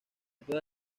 puede